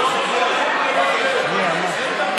לא, לא.